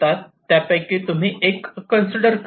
तुम्ही त्यापैकी एक कन्सिडर करा